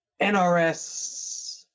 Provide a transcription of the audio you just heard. NRS